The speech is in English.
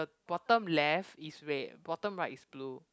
bottom left is red bottom right is blue